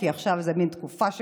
כי עכשיו זה מין תקופה כזאת,